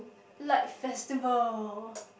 like festival